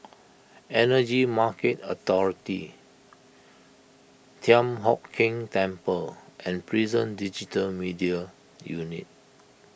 Energy Market Authority Thian Hock Keng Temple and Prison Digital Media Unit